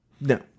No